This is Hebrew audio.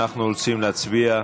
אנחנו רוצים להצביע.